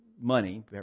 money